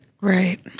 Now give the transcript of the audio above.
Right